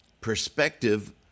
perspective